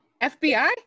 FBI